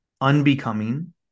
unbecoming